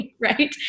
right